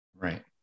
Right